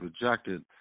rejected